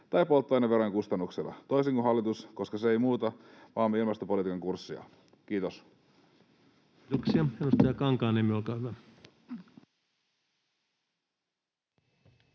tai polttoaineverojen kustannuksilla — toisin kuin hallitus, koska se ei muuta maamme ilmastopolitiikan kurssia. — Kiitos. Kiitoksia. — Edustaja Kankaanniemi, olkaa hyvä.